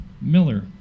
Miller